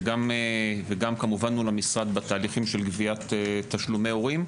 וגם כמובן מול המשרד בתהליכים של גביית תשלומי הורים.